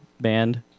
band